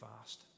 fast